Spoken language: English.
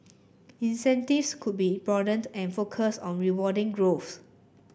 incentives could be broadened and focused on rewarding growth